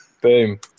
boom